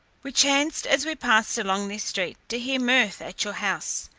we chanced as we passed along this street to hear mirth at your house,